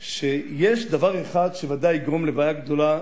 שיש דבר אחד שוודאי יגרום לבעיה גדולה,